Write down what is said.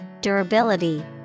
durability